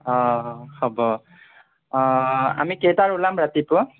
অঁ হ'ব অঁ আমি কেইটাত ওলাম ৰাতিপুৱা